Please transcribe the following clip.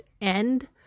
end